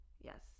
Yes